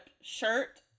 shirt-